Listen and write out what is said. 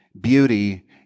beauty